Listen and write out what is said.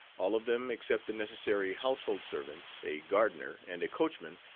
all of them except the necessary household servants, a gardener, and a coachman,